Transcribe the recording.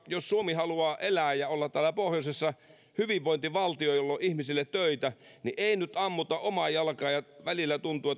jos suomi haluaa elää ja olla täällä pohjoisessa hyvinvointivaltio jolla on ihmisille töitä niin ei nyt ammuta omaan jalkaan välillä tuntuu